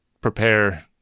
prepare